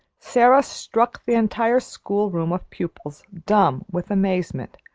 sara struck the entire school-room of pupils dumb with amazement,